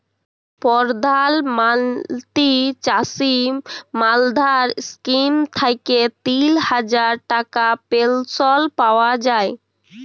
পরধাল মলত্রি চাষী মাল্ধাল ইস্কিম থ্যাইকে তিল হাজার টাকার পেলশল পাউয়া যায়